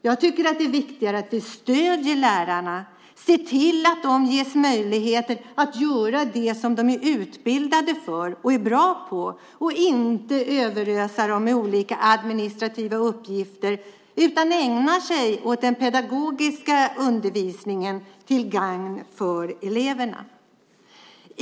Jag tycker att det är viktigare att vi stöder lärarna och ser till att de ges möjligheter att göra det som de är utbildade för och är bra på och inte överöser dem med olika administrativa uppgifter, så att de får ägna sig åt den pedagogiska undervisningen till gagn för eleverna.